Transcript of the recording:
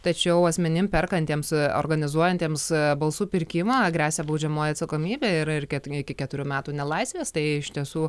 tačiau asmenim perkantiems organizuojantiems balsų pirkimą gresia baudžiamoji atsakomybė ir ir ket iki keturių metų nelaisvės tai iš tiesų